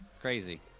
Crazy